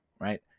right